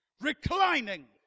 reclining